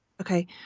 Okay